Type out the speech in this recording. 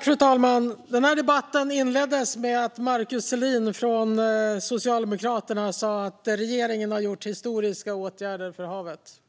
Fru talman! Den här debatten inleddes med att Markus Selin från Socialdemokraterna sa att regeringen har vidtagit historiska åtgärder för havet.